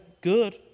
good